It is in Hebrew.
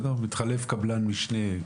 כשמתחלף קבלן משנה,